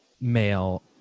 male